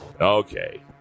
Okay